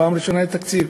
בפעם ראשונה היה תקציב.